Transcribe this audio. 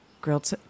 grilled